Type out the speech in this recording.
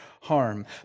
harm